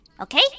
Okay